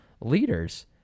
leaders